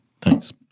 Thanks